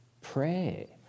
pray